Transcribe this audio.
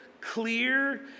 clear